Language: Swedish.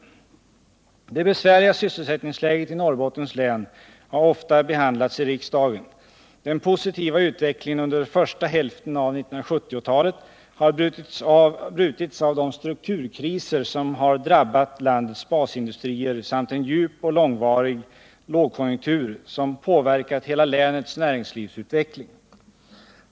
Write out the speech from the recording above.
Det besvärliga sysselsättningsläget i Norrbottens län har ofta behandlats i riksdagen. Den positiva utvecklingen under första hälften av 1970-talet har brutits av de strukturkriser som har drabbat landets basindustrier samt en djup och långvarig lågkonjunktur som påverkat hela länets näringslivsutveckling.